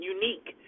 unique